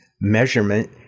measurement